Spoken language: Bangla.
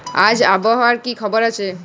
আজ আবহাওয়ার কি খবর রয়েছে?